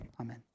Amen